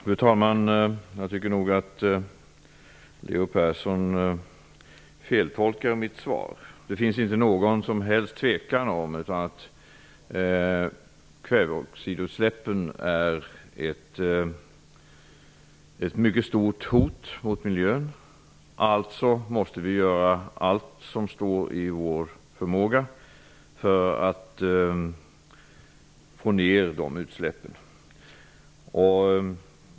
Fru talman! Jag tycker nog att Leo Persson feltolkar mitt svar. Det är ingen tvekan om att kväveoxidutsläppen utgör ett mycket stort hot mot miljön. Vi måste således göra allt som står i vår förmåga för att minska utsläppen.